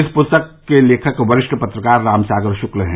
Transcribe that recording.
इस पुस्तक के लेखक वरिष्ठ पत्रकार राम सागर शुक्ल है